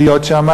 להיות שם,